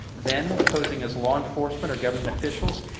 then, posing as law enforcement or government officials,